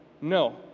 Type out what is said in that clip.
no